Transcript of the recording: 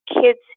kids